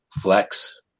flex